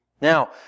Now